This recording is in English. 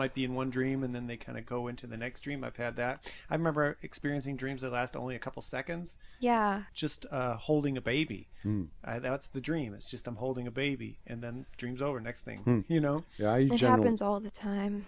might be in one dream and then they kind of go into the next dream i've had that i remember experiencing dreams that lasted only a couple seconds yeah just holding a baby that's the dream it's just i'm holding a baby and then dreams over next thing you know i jonathan's all the time